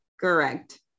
Correct